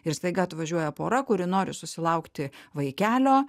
ir staiga atvažiuoja pora kuri nori susilaukti vaikelio